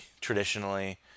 traditionally